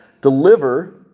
Deliver